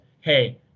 hey